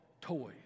toys